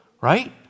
Right